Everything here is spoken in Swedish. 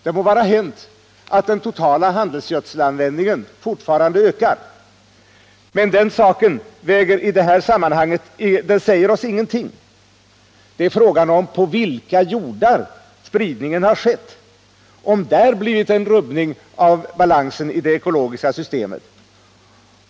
Det må vara hänt att den totala handelsgödselanvändningen fortfarande ökar. Men det säger oss i det här sammanhanget ingenting. Frågan är på vilka jordar spridningen har skett och om det där blivit en rubbning av balansen i det ekologiska systemet.